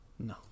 No